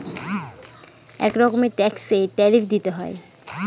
এক রকমের ট্যাক্সে ট্যারিফ দিতে হয়